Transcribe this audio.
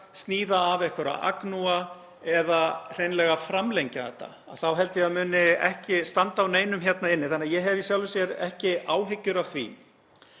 sníða af einhverja agnúa eða hreinlega framlengja þetta. Þá held ég að muni ekki standa á neinum hérna inni þannig að ég hef í sjálfu sér ekki áhyggjur af því.